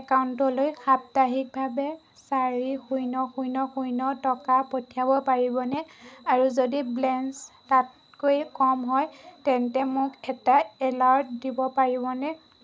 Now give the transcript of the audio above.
একাউণ্টলৈ সাপ্তাহিকভাৱে চাৰি শূন্য শূন্য শূন্য টকা পঠিয়াব পাৰিবনে আৰু যদি বেলেঞ্চ তাতকৈ কম হয় তেন্তে মোক এটা এলাৰ্ট দিব পাৰিবনে